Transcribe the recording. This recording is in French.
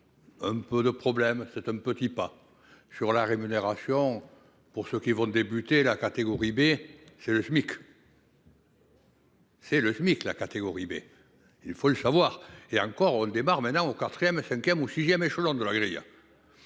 Un peu le problème, c'est un petit pas sur la rémunération pour ceux qui vont débuter la catégorie B c'est le SMIC. C'est le SMIC, la catégorie B, il faut le savoir et encore démarre maintenant au 4ème 5ème ou 6ème échelon de la guérilla.